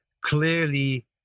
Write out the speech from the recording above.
clearly